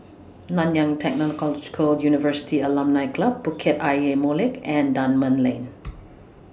Nanyang Technological University Alumni Club Bukit Ayer Molek and Dunman Lane